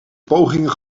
pogingen